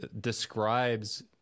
describes